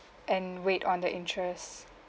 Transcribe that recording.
and wait on the interest